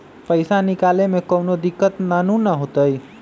पईसा निकले में कउनो दिक़्क़त नानू न होताई?